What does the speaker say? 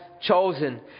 chosen